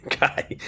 guy